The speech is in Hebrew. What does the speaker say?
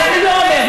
אז אני לא אומר,